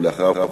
ולאחריו,